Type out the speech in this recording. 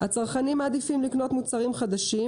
הצרכנים מעדיפים לקנות מוצרים חדשים,